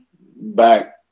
back